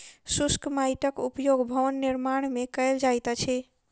शुष्क माइटक उपयोग भवन निर्माण मे कयल जाइत अछि